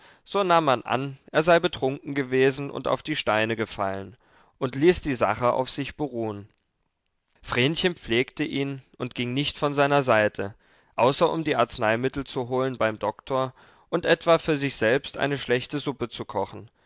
so nahm man an er sei betrunken gewesen und auf die steine gefallen und ließ die sache auf sich beruhen vrenchen pflegte ihn und ging nicht von seiner seite außer um die arzneimittel zu holen beim doktor und etwa für sich selbst eine schlechte suppe zu kochen